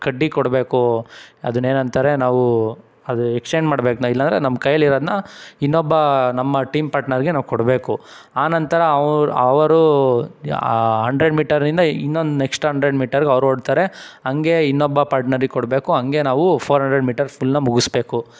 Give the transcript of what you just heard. ಕಡ್ಡಿ ಕೊಡಬೇಕು ಅದನ್ನೇನಂತಾರೆ ನಾವು ಅದು ಎಕ್ಸ್ಚೇಂಜ್ ಮಾಡ್ಬೇಕು ನ ಇಲ್ಲಾಂದರೆ ನಮ್ಮ ಕೈಲಿರೋದನ್ನ ಇನ್ನೊಬ್ಬ ನಮ್ಮ ಟೀಮ್ ಪಾರ್ಟ್ನರ್ಗೆ ನಾವು ಕೊಡಬೇಕು ಆ ನಂತರ ಅವ ಅವರು ಹಂಡ್ರೆಡ್ ಮೀಟರಿಂದ ಇನ್ನೊಂದು ನೆಕ್ಸ್ಟ್ ಅಂಡ್ರೆಡ್ ಮೀಟರ್ಗೆ ಅವ್ರು ಓಡ್ತಾರೆ ಹಂಗೆ ಇನ್ನೊಬ್ಬ ಪಾರ್ಟ್ನರಿಗೆ ಕೊಡಬೇಕು ಹಂಗೆ ನಾವು ಫೋರ್ ಹಂಡ್ರೆಡ್ ಮೀಟರ್ ಫುಲ್ಲನ್ನ ಮುಗಿಸ್ಬೇಕು